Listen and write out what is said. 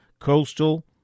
Coastal